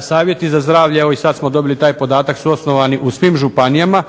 Savjeti za zdravlje evo sada smo dobili i taj podatak su osnovani u svim županijama